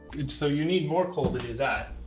and so you need more coal to do that.